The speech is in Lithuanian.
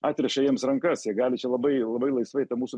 atriša jiems rankas jie gali čia labai labai laisvai tą mūsų